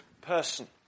person